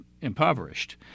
impoverished